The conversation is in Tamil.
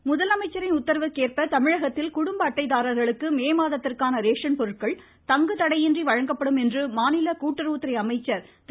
ராஜு முதலமைச்சரின் உத்தரவிற்கு ஏற்ப தமிழகத்தில் குடும்ப அட்டைதாரர்களுக்கு மே மாதத்திற்கான ரேசன் பொருட்கள் தங்குதடையின்றி வழங்கப்படும் என்று மாநில கூட்டுறவுத்துறை அமைச்சர் திரு